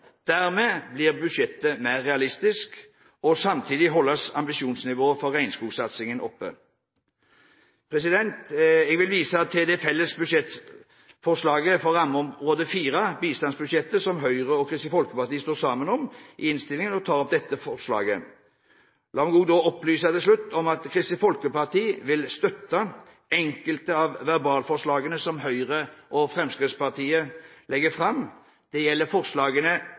Dermed blir budsjettet mer realistisk. Samtidig holdes ambisjonsnivået for regnskogsatsingen oppe. Jeg vil vise til det felles budsjettforslaget for rammeområde 4, bistandsbudsjettet, som Høyre og Kristelig Folkeparti står sammen om i innstillingen. La meg til slutt opplyse om at Kristelig Folkeparti vil støtte enkelte av verbalforslagene som Høyre og Fremskrittspartiet legger fram. Dette gjelder forslagene